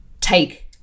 take